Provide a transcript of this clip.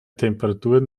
temperaturen